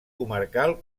comarcal